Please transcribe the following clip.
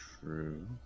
true